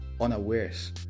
unawares